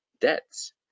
debts